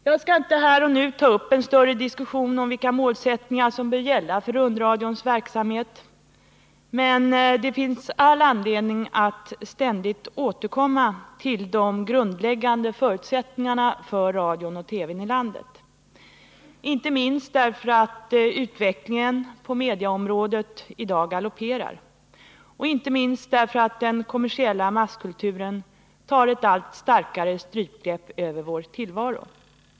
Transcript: Jag skallinte nu ta upp en större diskussion om vilka målsättningar som bör vision, m.m. gälla för rundradions verksamhet, men det finns all anledning att ständigt återkomma till de grundläggande förutsättningarna för radion och TV:n i landet, inte minst därför att utvecklingen vad gäller mediaområdet i dag galopperar och inte minst därför att den kommersiella masskulturen tar ett allt starkare strypgrepp över vår tillvaro.